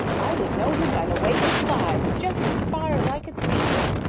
i would know him by the way he flies just as far as i could see him,